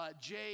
Jay